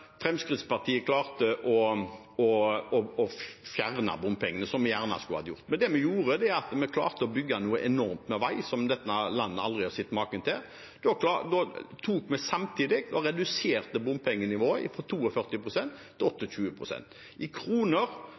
Fremskrittspartiet klarte å fjerne bompengene, som vi gjerne skulle ha gjort. Det vi gjorde, var at vi klarte å bygge enormt mange veier, som dette landet aldri har sett maken til. Vi reduserte samtidig bompengenivået fra 42 pst. til 28 pst. I kroner ble det nok en stigning, siden vi